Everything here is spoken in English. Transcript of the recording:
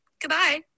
Goodbye